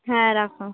হ্যাঁ রাখো